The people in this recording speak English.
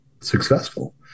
successful